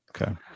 Okay